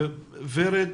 ורד